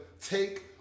take